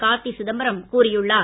கார்த்தி சிதம்பரம் கூறியுள்ளார்